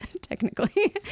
technically